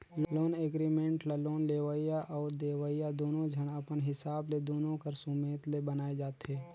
loan agreement ल loan लेवइया अउ देवइया दुनो झन अपन हिसाब ले दुनो कर सुमेत ले बनाए जाथें